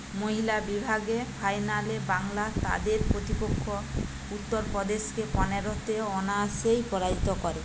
মহিলা বিভাগে ফাইনালে বাংলা তাদের প্রতিপক্ষ উত্তরপ্রদেশকে পনেরোতে অনায়াসেই পরাজিত করে